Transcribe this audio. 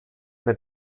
mit